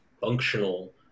functional